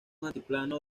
altiplano